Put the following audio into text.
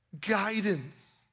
Guidance